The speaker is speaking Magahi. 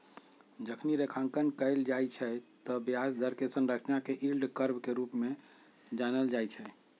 जखनी रेखांकन कएल जाइ छइ तऽ ब्याज दर कें संरचना के यील्ड कर्व के रूप में जानल जाइ छइ